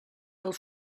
del